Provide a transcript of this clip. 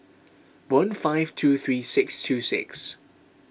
one five two three six two six